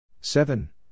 Seven